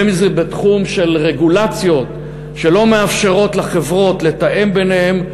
בין שזה בתחום של רגולציות שלא מאפשרות לחברות לתאם ביניהן,